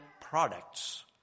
products